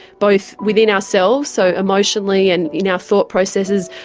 both within ourselves, so emotionally and in our thought processes,